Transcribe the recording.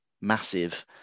massive